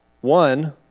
one